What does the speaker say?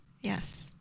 Yes